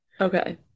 okay